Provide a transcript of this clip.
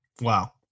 Wow